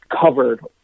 covered